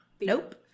nope